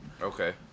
Okay